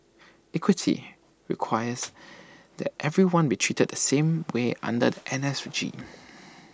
equity requires that everyone be treated the same way under the N S regime